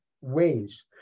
ways